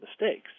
mistakes